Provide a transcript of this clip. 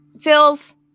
Phil's